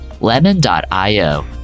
Lemon.io